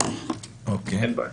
אין בעיה.